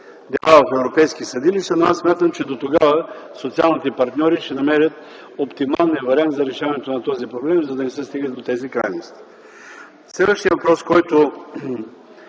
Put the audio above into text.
дела в европейски съдилища. Аз смятам, че дотогава социалните партньори ще намерят оптималният вариант за решаването на този проблем, за да не се стига до тези крайности. Следващият въпрос, който